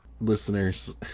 Listeners